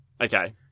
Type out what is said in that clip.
Okay